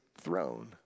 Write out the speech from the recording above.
throne